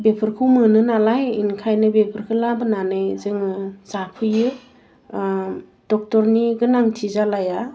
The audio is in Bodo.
बेफोरखौ मोनो नालाय ओंखायनो बेफोरखौ लाबोनानै जोङो जाफैयो डक्टरनि गोनांथि जालाया